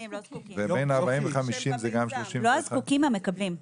לא הזקוקים, המקבלים.